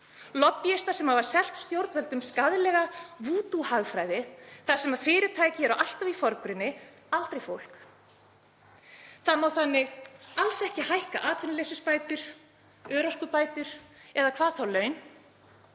Lobbíistar sem hafa selt stjórnvöldum skaðlega vúdú-hagfræði þar sem fyrirtæki eru alltaf í forgrunni, aldrei fólk. Það má þannig alls ekki hækka atvinnuleysisbætur, örorkubætur og hvað þá laun,